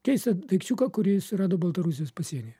keistą daikčiuką kurį surado baltarusijos pasienyje